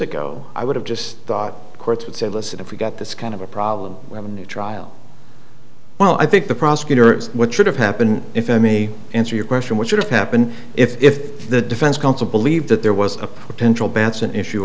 ago i would have just thought the courts would say listen if we got this kind of a problem we have a new trial well i think the prosecutor what should have happened if i may answer your question which would have happened if the defense counsel believed that there was a potential batson issue